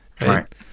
Right